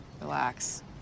Relax